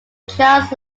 charles